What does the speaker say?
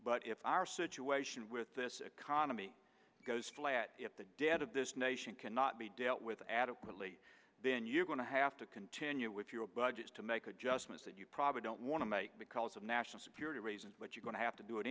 but if our situation with this economy goes flat if the debt of this nation cannot be dealt with adequately then you're going to have to continue with your budgets to make adjustments that you probably don't want to make because of national security reasons but you're going to have to do it